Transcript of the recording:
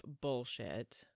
bullshit